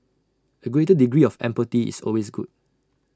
A greater degree of empathy is always good